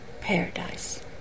Paradise